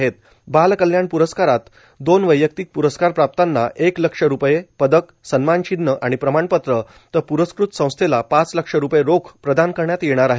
तसंच बाल कल्याण प्रस्कारात दोन वैयक्तिक प्रस्कार प्राप्तांना एक लक्ष रूपये पदक सन्मानचिन्ह आणि प्रमाणपत्र तर प्रस्कृत संस्थेला पाच लक्ष रूपये रोख प्रदान करण्यात येणार आहे